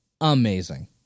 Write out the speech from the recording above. amazing